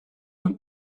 und